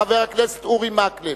חבר הכנסת אורי מקלב.